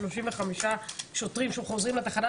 35 שוטרים שחוזרים לתחנה,